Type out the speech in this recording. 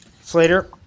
Slater